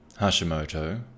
Hashimoto